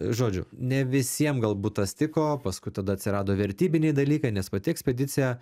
žodžiu ne visiem galbūt tas tiko paskui tada atsirado vertybiniai dalykai nes pati ekspedicija